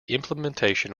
implementation